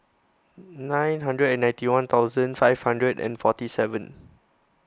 nine hundred and ninety one thousand five hundred and forty seven